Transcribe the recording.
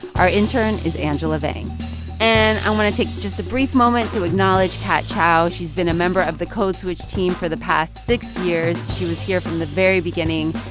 our intern is angela vang and i want to take just a brief moment to acknowledge kat chow. she's been a member of the code switch team for the past six years. she was here from the very beginning.